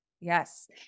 Yes